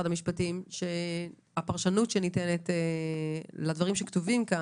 המשפטים שהפרשנות שניתנת לדברים שכתובים כאן,